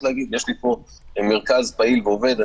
להגיד שיש להן פה מרכז פעיל ועובדות,